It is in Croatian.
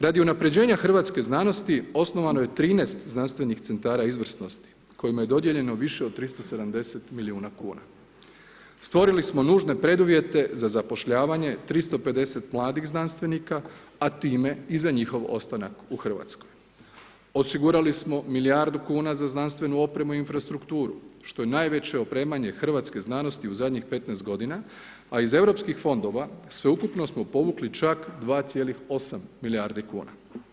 Radi unapređenje hrvatske znanosti osnovano je 13 znanstvenih centara izvrsnosti kojima je dodijeljeno više od 370 milijuna kuna. stvorili smo nužne preduvjete za zapošljavanje 350 mladih znanstvenika, a time i za njihov ostanak u Hrvatskoj. osigurali smo milijardu kuna za znanstvenu opremu i infrastrukturu što je najveće opremanje hrvatske znanosti u zadnjih 15 godina, a iz europskih fondova sveukupno smo povukli čak 2,8 milijardi kuna.